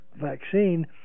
vaccine